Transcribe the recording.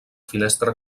finestra